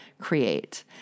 create